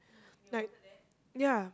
like yeah